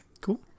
cool